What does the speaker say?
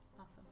Awesome